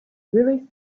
really